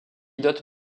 dote